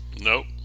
Nope